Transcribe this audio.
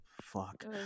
fuck